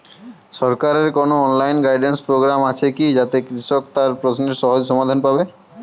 সরকারের কোনো online guidance programme আছে কি যাতে কৃষক তার প্রশ্নের সহজ সমাধান পাবে?